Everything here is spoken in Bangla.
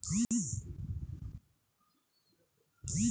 বন্ধন মাইক্রোফিন্যান্স থেকে লোন নেওয়ার জন্য কি কি ব্যবস্থা করতে হবে?